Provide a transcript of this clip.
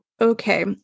Okay